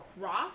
cross